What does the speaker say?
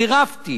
צירפתי